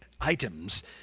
items